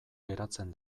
geratzen